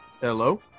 Hello